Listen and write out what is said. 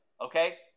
Okay